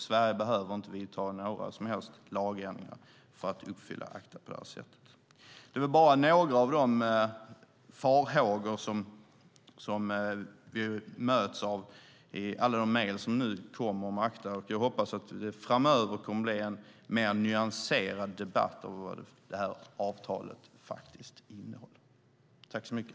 Sverige behöver inte vidta några som helst lagändringar för att uppfylla ACTA. Det jag nu räknade upp var bara några av de farhågor som vi möts av i alla de mejl som nu kommer om ACTA, och jag hoppas att det framöver kommer att bli en mer nyanserad debatt om vad det här avtalet faktiskt innehåller.